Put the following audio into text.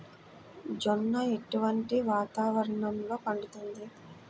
జొన్న ఎటువంటి వాతావరణంలో పండుతుంది?